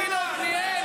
לכי לעתניאל,